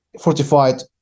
fortified